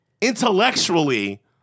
intellectually